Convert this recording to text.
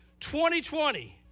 2020